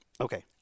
Okay